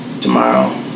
tomorrow